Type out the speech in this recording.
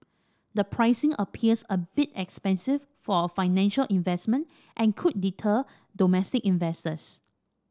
the pricing appears a bit expensive for a financial investment and could deter domestic investors